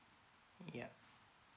yeah